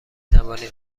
توانی